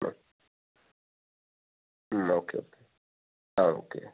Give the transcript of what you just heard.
ആ മ് okay okay ആ ഓക്കെ